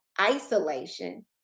isolation